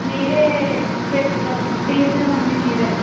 మీరే petrol diesel అన్నీ మీరే